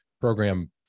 program